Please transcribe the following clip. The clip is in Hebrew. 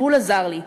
הטיפול עזר לי,